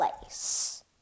place